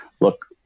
look